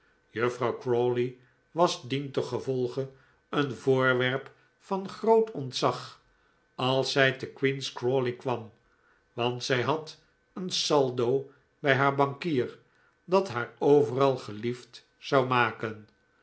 juffrouw crawley was dientengevolge een voorwerp van groot ontzag als zij te queen's crawley kvvam want zij had een saldo bij haar bankier dat haar overal geliefd zou maken